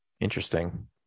interesting